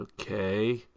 okay